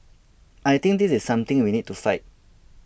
I think this is something we need to fight